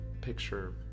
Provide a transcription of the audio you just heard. Picture